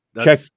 check